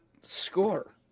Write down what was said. Score